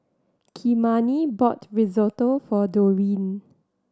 Kymani bought Risotto for Dorine